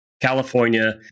California